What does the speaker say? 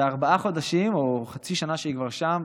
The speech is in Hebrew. בארבעה חודשים או בחצי שנה שהיא כבר שם,